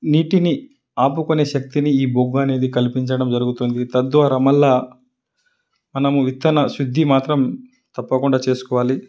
నీటిని ఆపుకునే శక్తిని ఈ బొగ్గు అనేది కల్పించడం జరుగుతుంది తద్వారా మళ్ళీ మనము విత్తన శుద్ధి మాత్రం తప్పకుండా చేసుకోవాలి